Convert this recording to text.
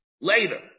later